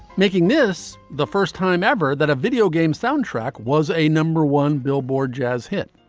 making this the first time ever that a video game soundtrack was a number one billboard jazz hit